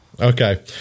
Okay